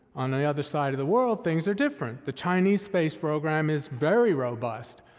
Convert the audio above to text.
on the other side of the world, things are different. the chinese space program is very robust.